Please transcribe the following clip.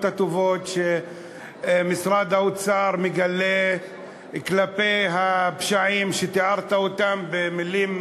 הטובות שמשרד האוצר מגלה כלפי הפשעים שתיארת אותם במילים,